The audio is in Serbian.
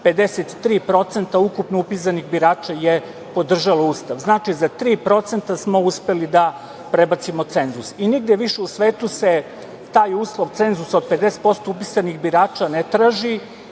53% ukupno upisanih birača je podržala Ustav. Znači, za 3% smo uspeli da prebacimo cenzus i nigde više u svetu se taj uslov cenzusa od 50% upisanih birača ne traži